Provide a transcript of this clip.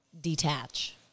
detach